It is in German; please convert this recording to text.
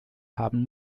haben